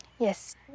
Yes